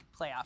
playoff